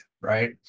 Right